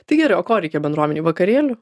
tai gerai o ko reikia bendruomenei vakarėlių